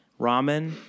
Ramen